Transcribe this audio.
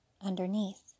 underneath